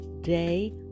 day